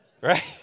Right